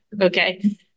Okay